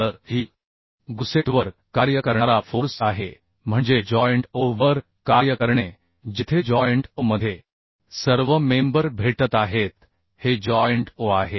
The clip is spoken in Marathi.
तर ही गुसेटवर कार्य करणारा फोर्स आहे म्हणजे जॉइंट O वर कार्य करणे जेथे जॉइंट O मध्ये सर्व मेंबर भेटत आहेत हे जॉइंट O आहे